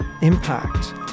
impact